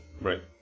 Right